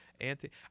Anthony